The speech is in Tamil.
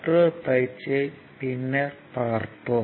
மற்றொரு பயிற்சியைப் பின்னர் பார்ப்போம்